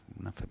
una